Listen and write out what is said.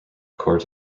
court